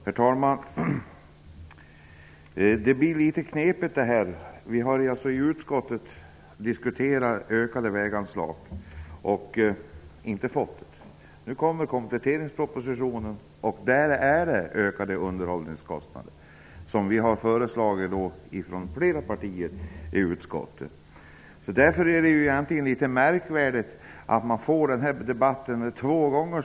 Herr talman! Det blir litet knepigt, det här. Vi har i utskottet diskuterat ökade väganslag, men inte fått det. Nu kommer kompletteringspropositionen, och där finns pengar till ökade underhållskostnader, som flera partier föreslagit i utskottet. Därför är det egentligen litet märkligt att vi får föra den här debatten två gånger.